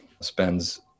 spends